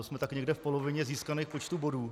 Jsme tak někde v polovině získaného počtu bodů.